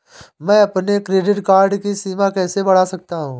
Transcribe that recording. मैं अपने credit card की सीमा कैसे बढ़ा सकता हूँ?